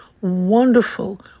wonderful